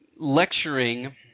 lecturing